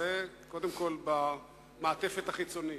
אז זה, קודם כול, במעטפת החיצונית.